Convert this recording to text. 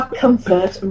comfort